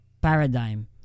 paradigm